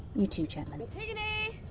you too, chapman. antigone!